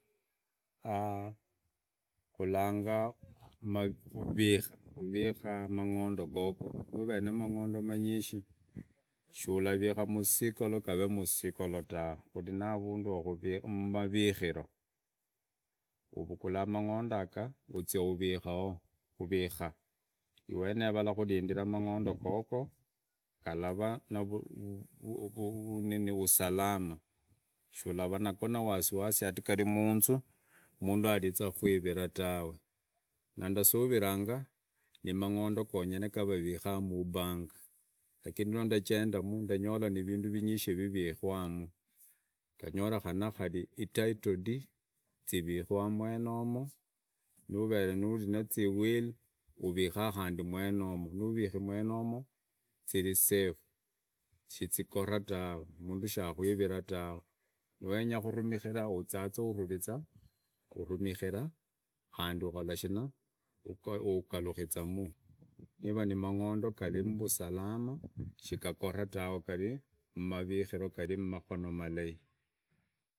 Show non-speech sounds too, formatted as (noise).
(hesitation) kulanga kurika mangondo gogo nuvera na mang’ondo manyishi shulavika msigolo gave msigolo tawe kuri na avundi mmarimro uvukula mangondo yaga uia urikao kuviga iweneo varakurindira mangondo gogo galavaa na vusalama shulavaa nago na wasiwasi (hesitation) gari munzu mundu arakuirira tawe na ndasuviranga nimandonde gonyine ga vavika mubank lakini lwa ndajenda mu ndanyalo vindu vinyishi vivikwa mu ndanyora kari ititle deed, zivikwamwenomo, nuvere nuri na iwili uvika khandi mwenomo narikimwenomo zirisafe shikhora tawe mundu shakwivira tawe nuwenya kurumukira uzia nururiza, uvumikira khandi ukora shina ukarukiza mu. niva mmakono malai.